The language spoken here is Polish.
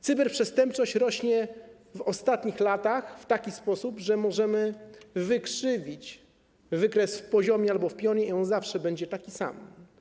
Cyberprzestępczość zwiększa się w ostatnich latach w taki sposób, że możemy wykrzywić wykres w poziomie albo w pionie i zawsze będzie on taki sam.